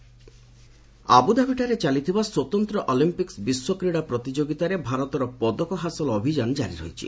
special Olympics ଆବୁଧାବିଠାରେ ଚାଲିଥିବା ସ୍ୱତନ୍ତ୍ର ଅଲିମ୍ପିକ୍ନ ବିଶ୍ୱ କ୍ରୀଡ଼ା ପ୍ରତିଯୋଗିତାରେ ଭାରତର ପଦକ ହାସଲ ଅଭିଯାନ ଜାରି ରହିଛି